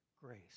grace